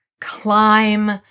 climb